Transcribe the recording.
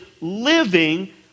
living